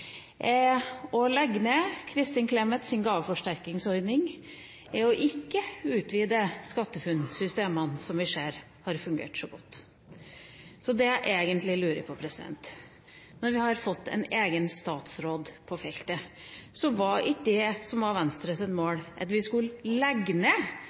legge ned Kristin Clemets gaveforsterkningsordning og ikke utvide SkatteFUNN-systemene, som vi ser har fungert så godt. Det jeg egentlig vil si når vi har fått en egen statsråd på feltet, er at det var ikke Venstres mål at vi skulle legge ned